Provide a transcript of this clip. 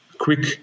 quick